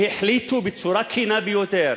שהחליטו בצורה כנה ביותר